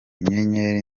inyenyeri